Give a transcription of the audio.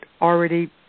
already